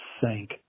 sank